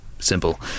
Simple